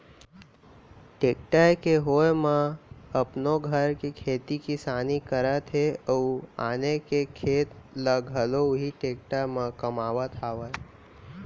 tractor के होय म अपनो घर के खेती किसानी करत हें अउ आने के खेत ल घलौ उही टेक्टर म कमावत हावयँ